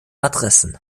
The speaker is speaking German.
adressen